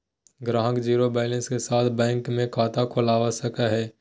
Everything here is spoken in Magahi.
ग्राहक ज़ीरो बैलेंस के साथ बैंक मे खाता खोलवा सको हय